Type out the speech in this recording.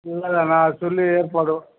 இல்லை இல்லை நான் சொல்லி ஏற்பாடு